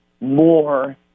more